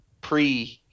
pre